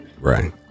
right